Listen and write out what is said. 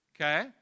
Okay